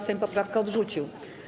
Sejm poprawkę odrzucił.